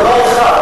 הסכמנו בדבר אחד,